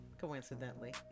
coincidentally